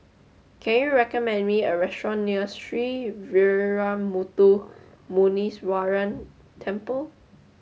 can you recommend me a restaurant near Sree Veeramuthu Muneeswaran Temple